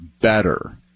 better